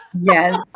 yes